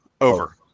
Over